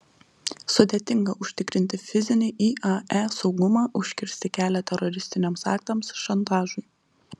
sudėtinga užtikrinti fizinį iae saugumą užkirsti kelią teroristiniams aktams šantažui